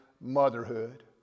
motherhood